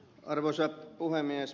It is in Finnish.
arvoisa puhemies